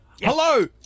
Hello